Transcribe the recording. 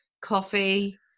coffee